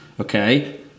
Okay